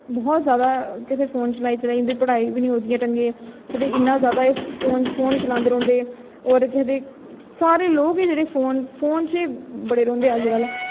बहूत ज्यादा केह् आखदे फोन चलाई चलाई इं'दा पढ़ाई बी नेईं होंदी ढंगै दी केह् आखदे इन्ना ज्यादा एह् फोन फोन गै चलांदे रौंह्दे होर केह् आखदे सारे लोक बी जेह्ड़े फोन फोन च बडे रौंह्दे अज्जकल